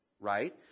right